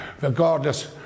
Regardless